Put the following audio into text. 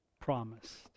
promised